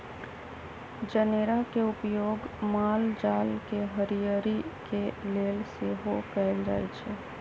जनेरा के उपयोग माल जाल के हरियरी के लेल सेहो कएल जाइ छइ